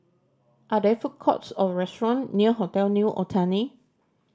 are there food courts or restaurant near Hotel New Otani